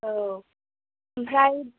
औ ओमफ्राय